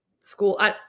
School